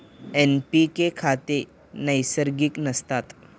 NPK खते नैसर्गिक नसतात